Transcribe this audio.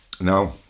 no